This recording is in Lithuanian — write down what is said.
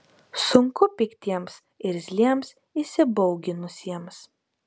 sunku piktiems irzliems įsibauginusiems